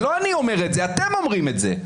ולא אני אומר את זה אלא את אומרים את זה.